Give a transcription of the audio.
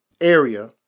area